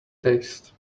taste